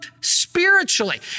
spiritually